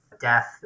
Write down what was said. death